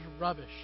rubbish